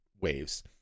waves